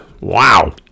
Wow